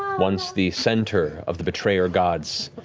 once the center of the betrayer gods,